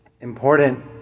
important